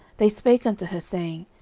they spake unto her, saying,